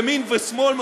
ימין ושמאל,